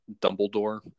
Dumbledore